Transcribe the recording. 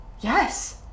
Yes